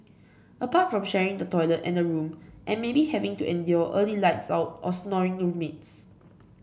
apart from sharing the toilet and a room and maybe having to endure early lights out or snoring roommates